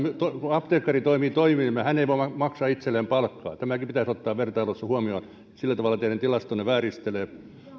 apteekkari toimii toiminimellä hän ei voi maksaa itselleen palkkaa tämäkin pitäisi ottaa vertailussa huomioon sillä tavalla teidän tilastonne vääristelee